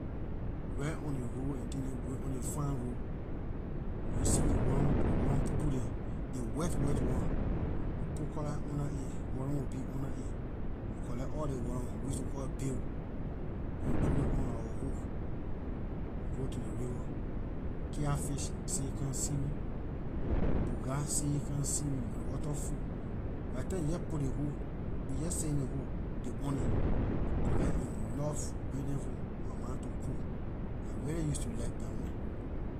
Right on ley road and thing dem going on ley farm road you will see the worm pupu dem, ley wet wet one we put cutlass under it worm will be under it we collect all ley worm we used to call it bail, then we put it on our hook we got go to ley river, catfish say come see me, buga say come see me when ley water full, by ley time you jeh put ley hook you jeh send ley hook they on it, collect enough bring them for my ma to cook. I really used to like dah one.